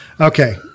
Okay